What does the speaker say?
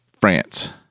France